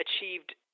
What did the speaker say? achieved